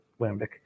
lambic